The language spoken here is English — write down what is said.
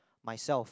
myself